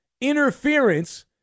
interference